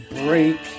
break